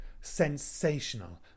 Sensational